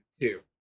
two